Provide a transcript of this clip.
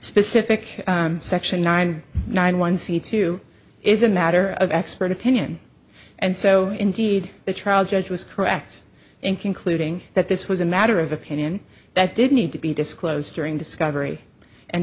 specific section nine nine one c two is a matter of expert opinion and so indeed the trial judge was correct in concluding that this was a matter of opinion that didn't need to be disclosed during